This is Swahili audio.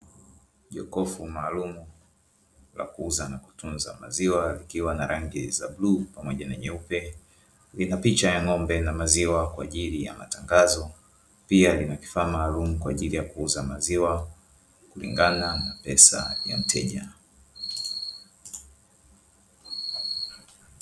Jokofu maalum la kuuza na kutunza maziwa likiwa na rangi za bluu pamoja na nyeupe. Lina picha ya ng'ombe na maziwa kwa ajili ya matangazo pia limekifanya maalumu kwa ajili ya kuuza maziwa kulingana na pesa ya mteja.